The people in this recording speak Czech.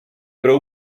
pro